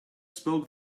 spoke